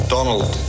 Donald